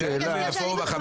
כן, פורום ה-15.